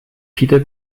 peter